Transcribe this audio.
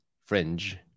fringe